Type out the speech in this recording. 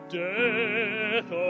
death